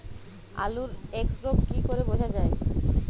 আলুর এক্সরোগ কি করে বোঝা যায়?